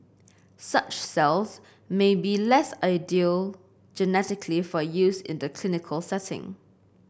such cells may be less ideal genetically for use in the clinical setting